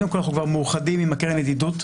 אנחנו כבר מאוחדים עם הקרן לידידות,